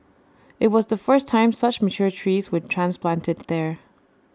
IT was the first time such mature trees were transplanted there